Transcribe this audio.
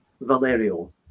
Valerio